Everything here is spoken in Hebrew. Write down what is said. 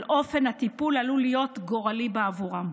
אופן הטיפול עלול להיות גורלי עבורם.